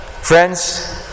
Friends